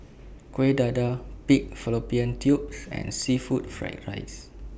Kuih Dadar Pig Fallopian Tubes and Seafood Fried Rice